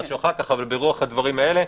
זה יהיה ברוח הדברים האלה,